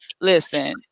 listen